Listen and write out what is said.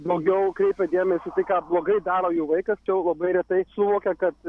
daugiau kreipia dėmesį tai ką blogai daro jų vaikas tačiau labai retai suvokia kad